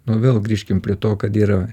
nu vėl grįžkim prie to kad yra